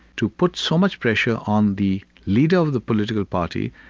to put so much pressure on the leader of the political party,